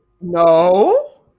No